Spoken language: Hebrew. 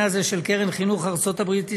הזה של קרן חינוך ארצות הברית ישראל,